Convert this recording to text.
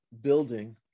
building